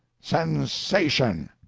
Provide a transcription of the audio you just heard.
sensation!